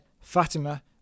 Fatima